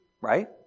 right